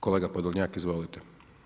Kolega Podolnjak izvolite.